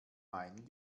main